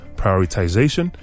prioritization